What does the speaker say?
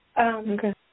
okay